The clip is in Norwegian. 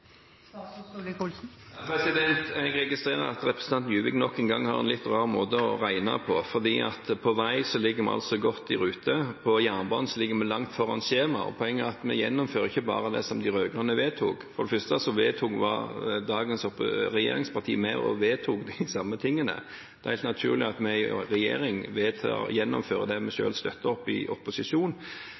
Jeg registrerer at representanten Juvik nok en gang har en litt rar måte å regne på, for på vei ligger vi godt i rute, på jernbane ligger vi langt foran skjema. Poenget er at vi gjennomfører ikke bare det som de rød-grønne vedtok. For det første var dagens regjeringspartier med og vedtok de samme tingene. Det er da helt naturlig at vi i regjering gjennomfører det vi selv støttet i opposisjon.